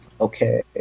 Okay